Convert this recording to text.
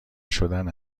شدن